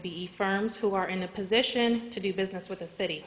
e firms who are in a position to do business with the city